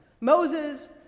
Moses